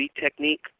technique